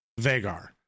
Vagar